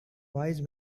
wise